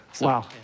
Wow